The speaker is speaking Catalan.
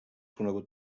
conegut